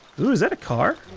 oo is that a car?